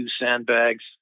sandbags